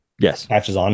Yes